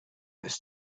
this